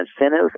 incentive